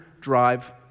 drive